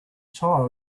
child